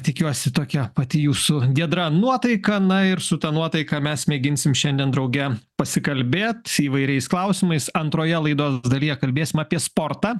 tikiuosi tokia pati jūsų giedra nuotaika na ir su ta nuotaika mes mėginsim šiandien drauge pasikalbėt įvairiais klausimais antroje laidos dalyje kalbėsim apie sportą